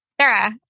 Sarah